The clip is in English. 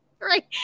right